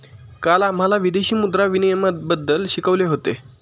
काल आम्हाला विदेशी मुद्रा विनिमयबद्दल शिकवले होते